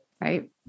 right